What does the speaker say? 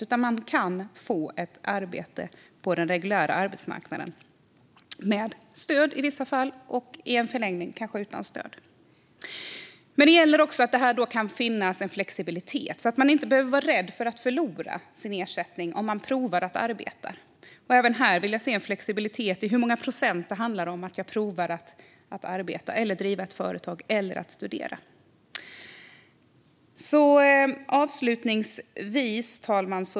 Det ska handla om att kunna få ett arbete på den reguljära arbetsmarknaden - med stöd i vissa fall och i förlängningen kanske utan stöd. Men här ska finnas en flexibilitet. Man ska inte behöva vara rädd för att förlora sin ersättning om man provar att arbeta. Även här vill jag se en flexibilitet i hur många procent det handlar om att prova att arbeta, driva ett företag eller studera. Fru talman!